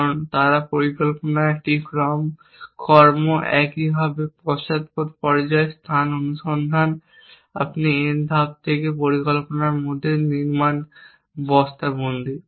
কারণ তারা পরিকল্পনা একটি ক্রম কর্ম একইভাবে পশ্চাদপদ পর্যায়ে স্থান অনুসন্ধান আপনি n ধাপ থেকে পরিকল্পনা মধ্যে নির্মাণ বস্তাবন্দী